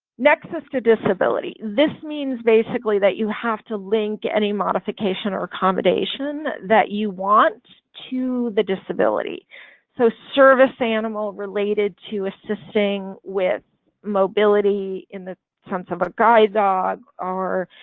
nexus-to-disability this means basically that you have to link any modification or accommodation that you want to the disability so service animal related to assisting with mobility in the sense of a guide dog or